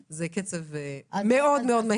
זה קצב מאוד מאוד מהיר.